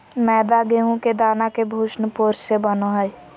मैदा गेहूं के दाना के भ्रूणपोष से बनो हइ